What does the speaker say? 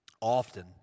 often